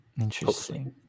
Interesting